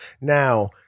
Now